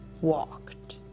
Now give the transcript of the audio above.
walked